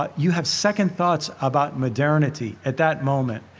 but you have second thoughts about modernity at that moment.